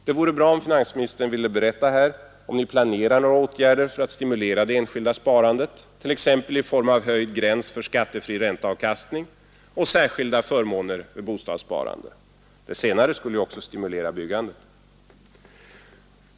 Det vore bra om finansministern ville berätta här om Ni planerar några åtgärder för att stimulera det enskilda sparandet, t.ex. i form av höjd gräns för skattefri ränteavkastning och särskilda förmåner vid bostadssparande. Det senare skulle ju också stimulera byggandet.